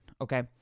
Okay